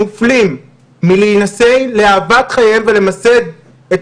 מופלים מלהינשא לאהבת חייהם ולמסד את